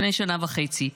לפני שנה וחצי,